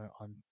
on